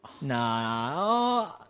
Nah